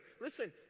Listen